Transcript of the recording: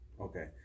Okay